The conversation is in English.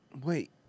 Wait